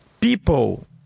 people